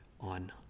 on